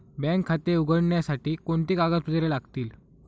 Bank खाते उघडण्यासाठी कोणती कागदपत्रे लागतील?